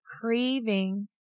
craving